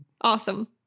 awesome